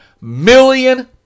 million